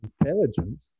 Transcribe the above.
intelligence